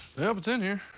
yeah it's in here.